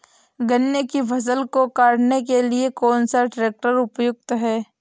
गन्ने की फसल को काटने के लिए कौन सा ट्रैक्टर उपयुक्त है?